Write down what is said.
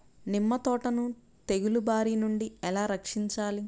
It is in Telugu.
నిమ్మ తోటను తెగులు బారి నుండి ఎలా రక్షించాలి?